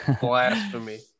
Blasphemy